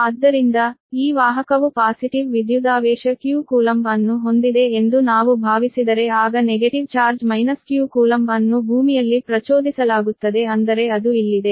ಆದ್ದರಿಂದ ಈ ವಾಹಕವು ಪಾಸಿಟಿವ್ ವಿದ್ಯುದಾವೇಶ q ಕೂಲಂಬ್ ಅನ್ನು ಹೊಂದಿದೆ ಎಂದು ನಾವು ಭಾವಿಸಿದರೆ ಆಗ negative charge minus q coulomb ಅನ್ನು ಅರ್ಥ್ ನಲ್ಲಿ ಪ್ರಚೋದಿಸಲಾಗುತ್ತದೆ ಅಂದರೆ ಅದು ಇಲ್ಲಿದೆ